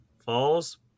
Falls